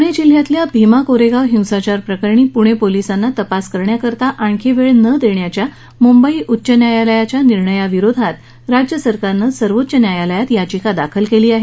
प्णे जिल्ह्यातल्या भिमा कोरेगाव हिंसाचार प्रकरणी पुणे पोलिसांना तपास करण्यासाठी आणखी वेळ न देण्याच्या मुंबई उच्च न्यायालयाच्या निर्णयाविरोधात राज्य सरकारनं सर्वोच्च न्यायालयात याचिका दाखल केली आहे